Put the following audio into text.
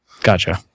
Gotcha